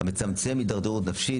המצמצם הידרדרות נפשית,